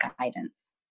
guidance